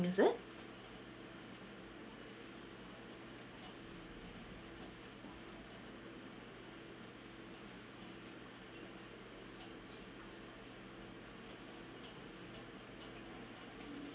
is it